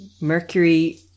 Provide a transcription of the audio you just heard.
Mercury